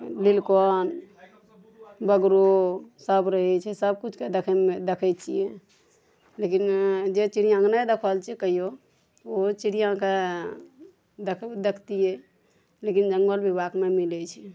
लिलकंठ बगरो सब रहै छै सबकिछुके देखैमे देखै छियै लेकिन जे चिड़िऑंके नहि देखने छियै कहियो ओहो चिड़िऑंके देख देखतियै लेकिन जङ्गल बिभागमे मिलै छै